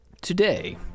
Today